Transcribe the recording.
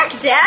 Dad